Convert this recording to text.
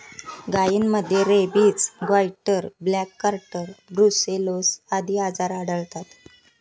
गायींमध्ये rabies, goitre, black quarter, brucellosis आदी आजार आढळतात